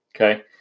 Okay